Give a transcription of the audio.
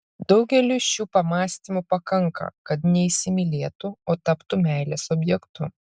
daugeliui šių pamąstymų pakanka kad neįsimylėtų o taptų meilės objektu